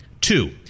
Two